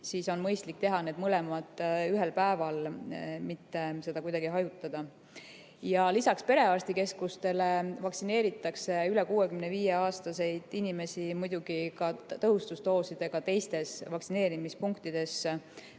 siis on mõistlik ja võib teha need mõlemad ühel päeval, mitte seda kuidagi hajutada. Ja lisaks perearstikeskustele vaktsineeritakse üle 65-aastaseid inimesi muidugi ka tõhustusdoosidega teistes vaktsineerimispunktides,